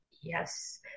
Yes